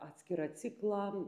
atskirą ciklą